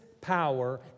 power